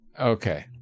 Okay